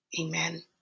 amen